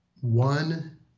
one